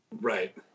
Right